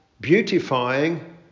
beautifying